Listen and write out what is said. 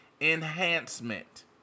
enhancement